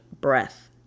breath